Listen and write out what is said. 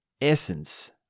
essence